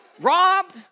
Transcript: robbed